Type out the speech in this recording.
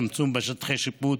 צמצום בשטחי שיפוט,